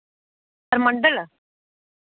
Purmandal